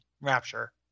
Rapture